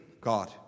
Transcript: God